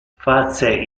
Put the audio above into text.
face